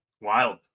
Wild